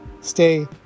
Stay